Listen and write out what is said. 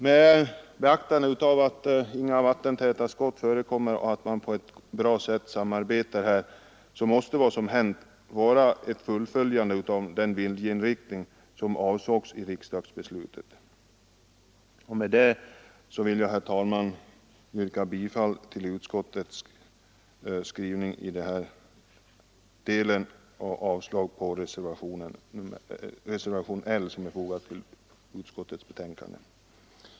Mot bakgrund av att inga vattentäta skott förekommer och då man samarbetar på ett bra sätt måste vad som skett innebära ett fullföljande av den viljeinriktning som avsågs i riksdagsbeslutet. Därför yrkar jag bifall till utskottets förslag i denna del, vilket innebär avslag på reservationen L.